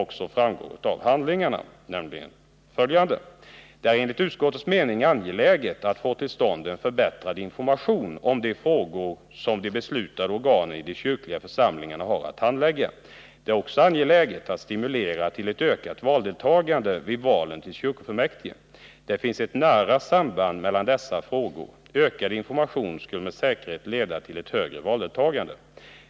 Därför har vi i reservationen skrivit på följande sätt: ”Det är enligt utskottets mening angeläget att få till stånd en förbättrad information om de frågor som de beslutande organen i de kyrkliga församlingarna har att handlägga. Det är också angeläget att stimulera till ett ökat valdeltagande vid valen till kyrkofullmäktige. Det finns ett nära samband mellan dessa frågor. Ökad information skulle med säkerhet leda till ett högre valdeltagande.